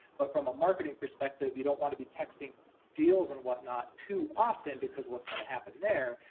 but from a marketing perspective, you don't want to be texting deals and whatnot, too often, because what's going to happen there,